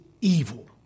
evil